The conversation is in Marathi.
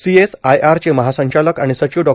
सीएसआयआर चे महासंचालक आणि सचिव डॉ